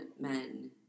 men